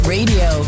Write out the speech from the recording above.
Radio